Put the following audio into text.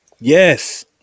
Yes